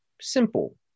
simple